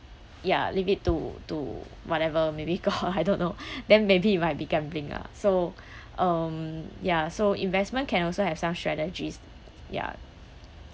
ya leave it to to whatever maybe got I don't know then maybe it might be gambling lah so um ya so investment can also have some strategies ya